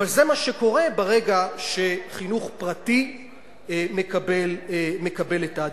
אבל זה מה שקורה ברגע שחינוך פרטי מקבל את העדיפות.